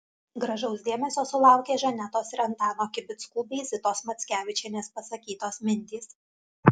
gražaus dėmesio sulaukė žanetos ir antano kibickų bei zitos mackevičienės pasakytos mintys